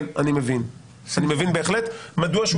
כן, אני מבין בהחלט מדוע שהוא ישלם.